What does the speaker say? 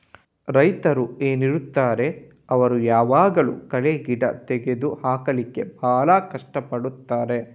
ರೈತರು ಏನಿರ್ತಾರೆ ಅವ್ರು ಯಾವಾಗ್ಲೂ ಕಳೆ ಗಿಡ ತೆಗ್ದು ಹಾಕ್ಲಿಕ್ಕೆ ಭಾಳ ಕಷ್ಟ ಪಡ್ತಾರೆ